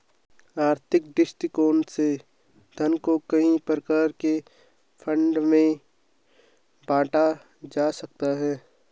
आर्थिक दृष्टिकोण से धन को कई प्रकार के फंड में बांटा जा सकता है